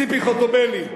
ציפי חוטובלי.